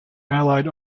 allied